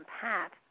pat